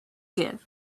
give